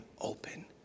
open